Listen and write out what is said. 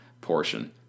portion